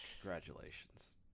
Congratulations